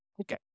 Okay